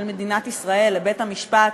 של מדינת ישראל לבית-המשפט,